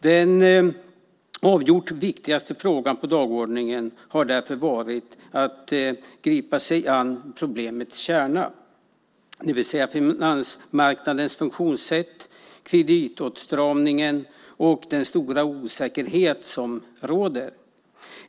Den avgjort viktigaste frågan på dagordningen har därför varit att gripa sig an problemets kärna, det vill säga finansmarknadens funktionssätt, kreditåtstramningen och den stora osäkerhet som råder.